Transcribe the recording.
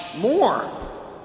more